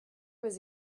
was